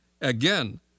again